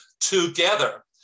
together